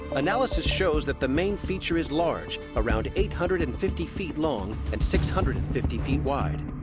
analysis shows that the main feature is large, around eight hundred and fifty feet long and six hundred and fifty feet wide.